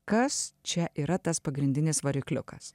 kas čia yra tas pagrindinis varikliukas